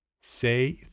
say